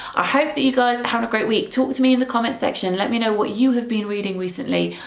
i hope that you guys have a great week. talk to me in the comments section let me know what you have been reading recently,